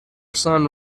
son